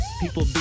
People